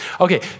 Okay